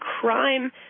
crime